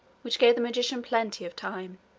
which gave the magician plenty of time.